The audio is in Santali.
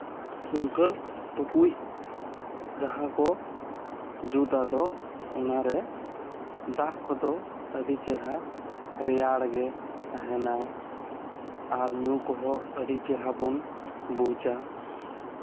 ᱠᱩᱝᱠᱟᱹᱞ ᱴᱩᱠᱩᱡ ᱡᱟᱦᱟᱸ ᱠᱚ ᱡᱩᱛᱼᱟ ᱫᱚ ᱚᱱᱟ ᱨᱮ ᱫᱟᱜ ᱠᱚᱫᱚ ᱟᱹᱰᱤ ᱪᱮᱦᱨᱟ ᱨᱮᱭᱟᱲ ᱜᱮ ᱛᱟᱦᱮᱸᱱᱟ ᱟᱨ ᱧᱩ ᱠᱚᱦᱚᱸ ᱟᱹᱰᱤ ᱪᱮᱦᱨᱟ ᱵᱚᱱ ᱵᱩᱡᱟ